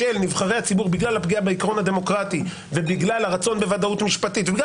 בגלל הפגיעה בעיקרון הדמוקרטי ובגלל הרצון בוודאות משפטית ובגלל